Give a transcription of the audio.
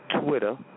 Twitter